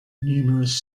numerous